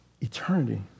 eternity